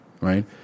right